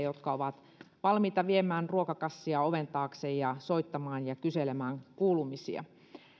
jotka ovat valmiita viemään ruokakassia oven taakse ja soittamaan ja kyselemään kuulumisia